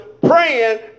praying